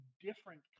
different